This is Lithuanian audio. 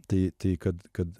tai kad kad